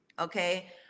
okay